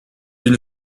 une